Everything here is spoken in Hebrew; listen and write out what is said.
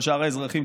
לכל שאר האזרחים,